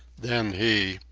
then he,